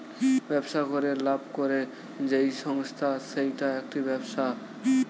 ব্যবসা করে লাভ করে যেই সংস্থা সেইটা একটি ব্যবসা